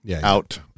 out